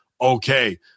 okay